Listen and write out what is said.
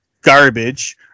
garbage